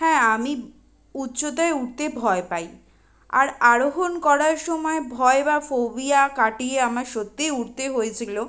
হ্যাঁ আমি উচ্চতায় উঠতে ভয় পাই আর আরোহণ করার সমায় ভয় বা ফোবিয়া কাটিয়ে আমার সত্যি উঠতে হয়েছিলো